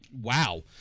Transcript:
wow